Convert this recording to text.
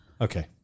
Okay